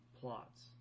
plots